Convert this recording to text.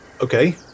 Okay